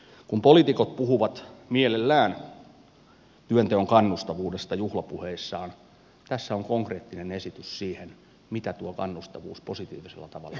kun poliitikot puhuvat mielellään työnteon kannustavuudesta juhlapuheissaan tässä on konkreettinen esitys siihen mitä tuo kannustavuus positiivisella tavalla voi tarkoittaa